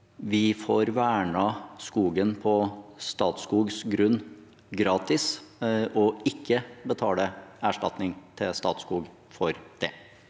vi får vernet skogen på Statskogs grunn gratis, og ikke betaler erstatning til Statskog for det?